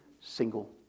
single